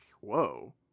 whoa